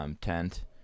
tent